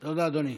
תודה, אדוני.